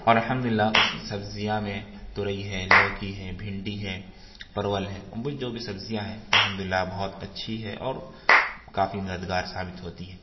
اور الحمد للہ اس سبزیاں میں تورئی ہے لوکی ہے بھنڈی ہے پرول ہے جو بھی سبزیاں ہیں الحمد للہ بہت اچھی ہے اور کافی مددگار ثابت ہوتی ہے